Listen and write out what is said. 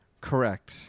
Correct